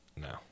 No